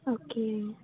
okay